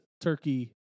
turkey